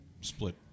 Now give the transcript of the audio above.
split